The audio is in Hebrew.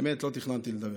באמת, לא תכננתי לדבר,